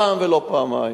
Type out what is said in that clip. לא פעם ולא פעמיים.